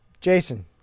Jason